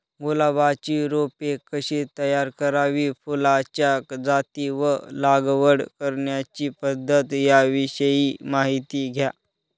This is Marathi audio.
गुलाबाची रोपे कशी तयार करावी? फुलाच्या जाती व लागवड करण्याची पद्धत याविषयी माहिती द्या